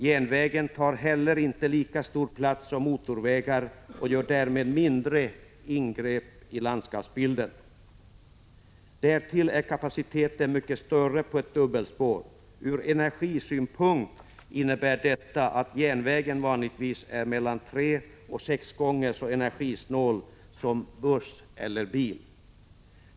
Järnvägen tar heller inte lika stor plats som motorvägar och gör därmed mindre ingrepp i landskapet. Därtill är kapaciteten mycket större på ett dubbelspår. Ur energisynpunkt innebär detta att järnvägen vanligtvis är mellan tre och sex gånger så energisnål som buss eller bil.